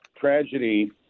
tragedy